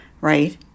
right